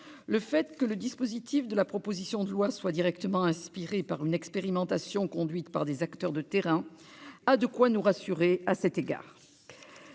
Que le dispositif de la proposition de loi soit directement inspiré par une expérimentation conduite par des acteurs de terrain a de quoi nous rassurer à cet égard.